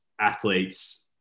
athletes